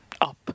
up